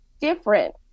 different